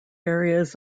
areas